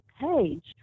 page